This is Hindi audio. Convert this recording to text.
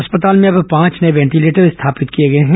अस्पताल में अब पांच नये वेंटिलेटर स्थापित किए गए हैं